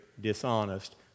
dishonest